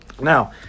Now